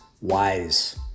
Wise